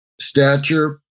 Stature